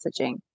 messaging